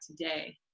today